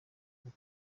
kuba